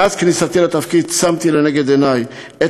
מאז כניסתי לתפקיד שמתי לנגד עיני את